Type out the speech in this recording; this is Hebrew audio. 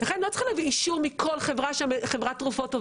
לכן לא צריך להביא אישור מכל חברת תרופות.